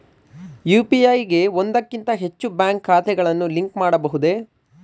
UPI ಗೆ ಒಂದಕ್ಕಿಂತ ಹೆಚ್ಚು ಬ್ಯಾಂಕ್ ಖಾತೆಗಳನ್ನು ಲಿಂಕ್ ಮಾಡಬಹುದೇ?